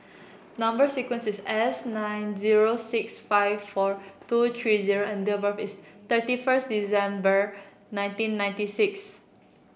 number sequence is S nine zero six five four two three O and date birth is thirty first December nineteen ninety six